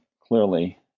clearly